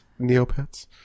Neopets